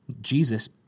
Jesus